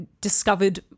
discovered